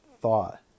thought